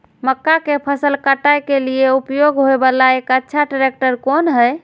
मक्का के फसल काटय के लिए उपयोग होय वाला एक अच्छा ट्रैक्टर कोन हय?